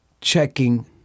checking